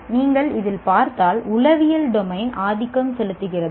நீங்கள் இதில் பார்த்தால் உளவியல் டொமைன் ஆதிக்கம் செலுத்துகிறதா